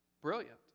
Brilliant